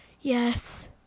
Yes